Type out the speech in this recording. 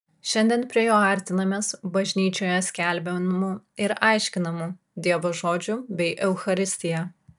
šiandien prie jo artinamės bažnyčioje skelbiamu ir aiškinamu dievo žodžiu bei eucharistija